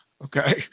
Okay